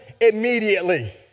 immediately